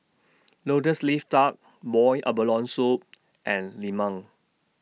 Lotus Leaf Duck boiled abalone Soup and Lemang